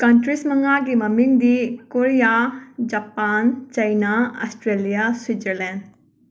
countries ꯃꯉꯥꯒꯤ ꯃꯃꯤꯡꯗꯤ Korea Japan China Australia Switzerland